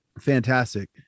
fantastic